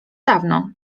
dawno